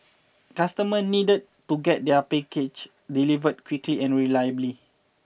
customers needed to get their packages delivered quickly and reliably